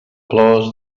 plors